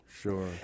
Sure